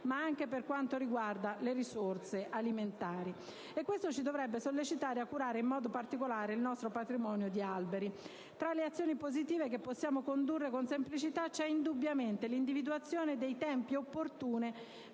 ma anche le risorse alimentari, e questo ci dovrebbe sollecitare a curare in modo particolare il nostro patrimonio di alberi. Tra le azioni positive che possiamo condurre con semplicità c'è indubbiamente l'individuazione dei tempi opportuni